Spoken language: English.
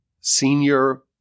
senior